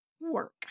work